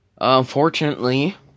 Unfortunately